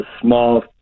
small